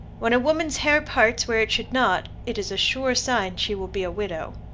when a woman's hair parts where it should not, it is a sure sign she will be a widow.